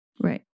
right